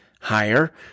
higher